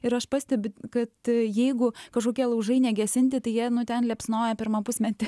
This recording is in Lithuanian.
ir aš pastebiu kad jeigu kažkokie laužai negesinti tai jie ten liepsnoja pirmą pusmetį